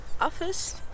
office